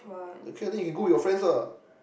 okay then you go with your friends lah